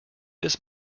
this